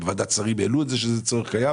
בוועדת שרים העלו את זה שזה צורך קיים